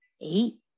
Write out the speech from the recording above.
eight